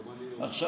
עכשיו,